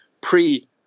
pre